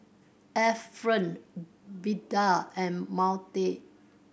Efren Beda and Maude